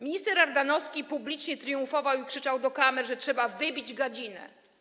Minister Ardanowski publicznie triumfował i krzyczał do kamer, że trzeba wybić gadzinę.